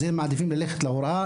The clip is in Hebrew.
אז הם מעדיפים ללכת להוראה.